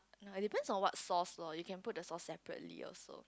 it depends on what sauce lor you can put the sauce separately also